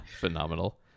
Phenomenal